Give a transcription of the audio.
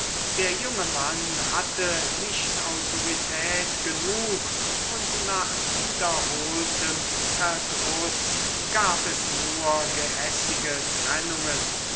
der junge mann hatte nicht autorität genug und nach oft wiederholtem verdruß gab es nur gehässige trennungen